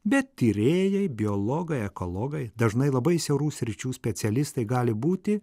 bet tyrėjai biologai ekologai dažnai labai siaurų sričių specialistai gali būti